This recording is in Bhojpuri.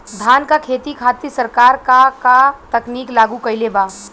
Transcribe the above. धान क खेती खातिर सरकार का का तकनीक लागू कईले बा?